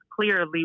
clearly